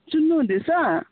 सुन्नुहुँदैछ